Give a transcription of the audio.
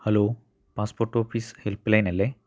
hello passport office helpline അല്ലേ